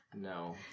No